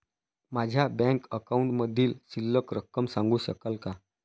माझ्या बँक अकाउंटमधील शिल्लक रक्कम सांगू शकाल का?